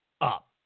up